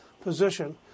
position